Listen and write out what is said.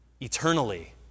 eternally